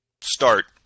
Start